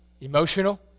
emotional